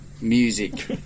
music